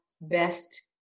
best